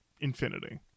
infinity